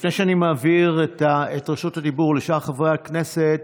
לפני שאני מעביר את רשות הדיבור לשאר חברי הכנסת,